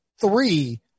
three